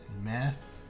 meth